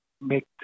make